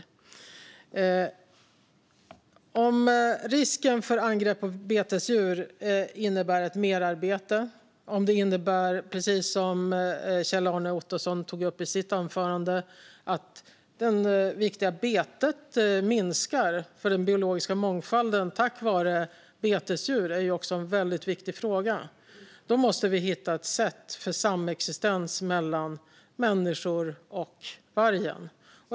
Om risken för angrepp på betesdjur innebär ett merarbete och innebär, precis som Kjell-Arne Ottosson tog upp i sitt anförande, att det viktiga betet minskar - för den biologiska mångfalden är tack vare betesdjur - vilket också är en väldigt viktig fråga, måste vi hitta ett sätt för samexistens mellan människor och vargar.